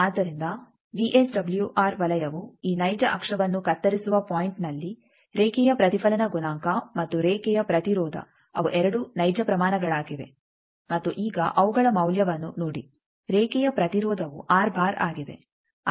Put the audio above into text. ಆದ್ದರಿಂದ ವಿಎಸ್ಡಬ್ಲ್ಯೂಆರ್ ವಲಯವು ಈ ನೈಜ ಅಕ್ಷವನ್ನು ಕತ್ತರಿಸುವ ಪಾಯಿಂಟ್ನಲ್ಲಿ ರೇಖೆಯ ಪ್ರತಿಫಲನ ಗುಣಾಂಕ ಮತ್ತು ರೇಖೆಯ ಪ್ರತಿರೋಧ ಅವು ಎರಡೂ ನೈಜ ಪ್ರಮಾಣಗಳಾಗಿವೆ ಮತ್ತು ಈಗ ಅವುಗಳ ಮೌಲ್ಯವನ್ನು ನೋಡಿ ರೇಖೆಯ ಪ್ರತಿರೋಧವು ಆಗಿದೆ